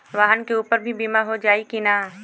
वाहन के ऊपर भी बीमा हो जाई की ना?